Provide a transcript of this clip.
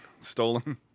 stolen